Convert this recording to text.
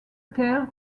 terre